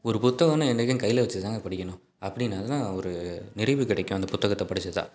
ஒரு புத்தகன்னால் என்றைக்கும் கையில் வச்சுதாங்க படிக்கணும் அப்படின்னாதான் ஒரு நிறைவு கிடைக்கும் அந்த புத்தகத்தை படித்ததா